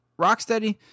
rocksteady